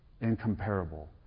incomparable